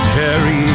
carry